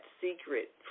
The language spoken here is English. secret